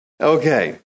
Okay